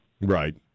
right